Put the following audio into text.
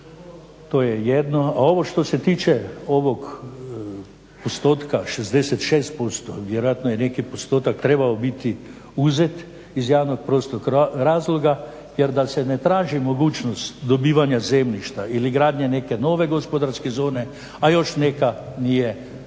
To je jedno. A ovo što se tiče ovog postotka 66% vjerojatno je neki postotak trebao biti uzet iz jednog prostog razloga, jer da se ne traži mogućnost dobivanja zemljišta ili gradnje neke nove gospodarske zone, a još neka nije